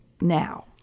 now